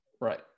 Right